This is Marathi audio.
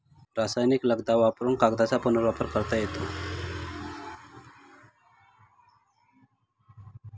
रासायनिक लगदा वापरुन कागदाचा पुनर्वापर करता येतो